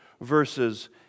verses